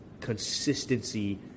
consistency